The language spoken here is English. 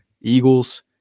Eagles